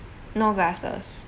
no glasses